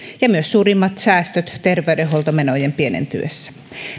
ja myös suurimmat säästöt terveydenhuoltomenojen pienentyessä